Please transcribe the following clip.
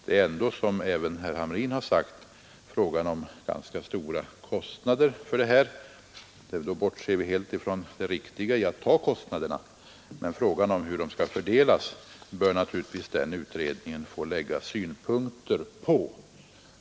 Det är ändå, som även herr Hamrin har sagt, fråga om ganska stora kostnader. Då bortser vi helt från det riktiga i att ta kostnaderna. Men frågan om hur kostnaderna skall fördelas bör naturligtvis utredningen om kommunernas ekonomi få anlägga synpunkter på.